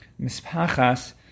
Mispachas